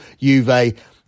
Juve